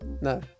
no